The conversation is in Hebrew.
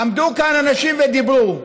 עמדו כאן אנשים ודיברו,